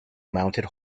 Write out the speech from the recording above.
mounted